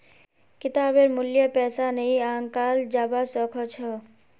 किताबेर मूल्य पैसा नइ आंकाल जबा स ख छ